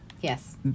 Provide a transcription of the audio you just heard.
Yes